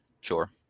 Sure